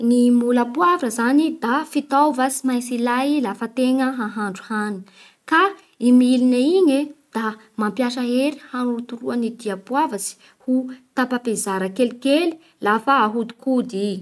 Ny moule à poivre zany da fitaova tsy maintsy ilay lafa tegna ahandro hany ka i milina igny e da mampiasa hery hanorotoroa ny diapoavatsa ho tapaka hizara kelikely lafa ahodikody i.